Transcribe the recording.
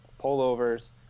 pullovers